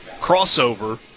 crossover